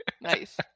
Nice